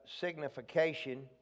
Signification